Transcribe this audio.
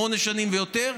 שמונה שנים ויותר,